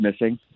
missing